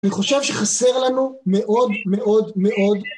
אני חושב שחסר לנו מאוד מאוד מאוד